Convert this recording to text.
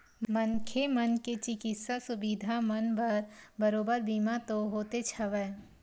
मनखे मन के चिकित्सा सुबिधा मन बर बरोबर बीमा तो होतेच हवय